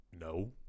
No